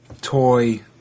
toy